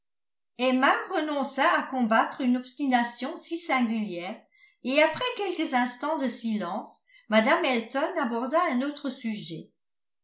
emma renonça à combattre une obstination si singulière et après quelques instants de silence mme elton aborda un autre sujet